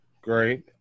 great